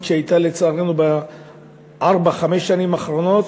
שהייתה לצערנו בארבע-חמש השנים האחרונות,